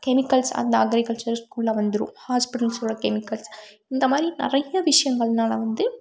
chemicals அந்த அக்ரிகல்ச்சர்ஸ்க்குள்ளே வந்துரும் ஹாஸ்பிட்டல்ஸ்ஸோட கெமிக்கல்ஸ் இந்தமாதிரி நிறைய விஷயங்கள் நடந்து